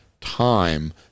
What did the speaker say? time